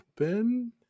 Open